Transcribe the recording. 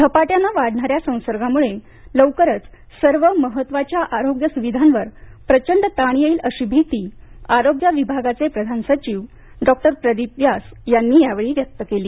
झपाट्याने वाढणाऱ्या संसर्गामुळे लवकरच सर्व महत्त्वाच्या आरोग्य सुविधांवर प्रचंड ताण येईल अशी भीति आरोग्य विभागाचे प्रधान सचिव डॉक्टर प्रदीप व्यास यांनी यावेळी व्यक्त केली